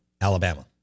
Alabama